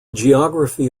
geography